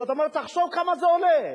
זאת אומרת, תחשוב כמה זה עולה.